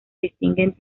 distinguen